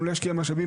גם להשקיע משאבים,